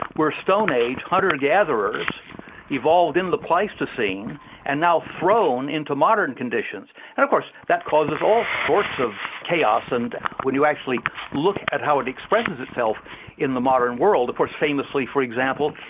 where stone age hunter gathers evolved in the pleistocene and now thrown into modern conditions. and of course, that causes all sorts of chaos, and when you actually look at how it expresses itself in the modern world, of course famously for example,